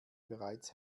bereits